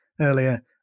earlier